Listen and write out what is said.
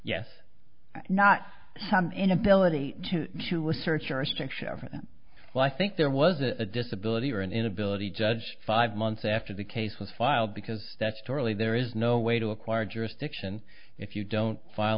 yes not some inability to to a search or restriction of well i think there was a disability or an inability judge five months after the case was filed because that's too early there is no way to acquire jurisdiction if you don't file